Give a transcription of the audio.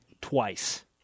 twice